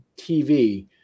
TV